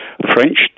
French